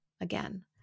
again